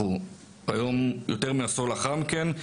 אנחנו היום יותר מעשור לאחר מכן,